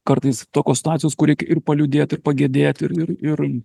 kartais tokios situacijos kur reikia ir paliūdėt ir pagedėt ir ir ir